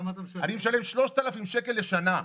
אני משלם להם 3,000 שקל לשנה,